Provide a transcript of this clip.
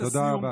תודה רבה.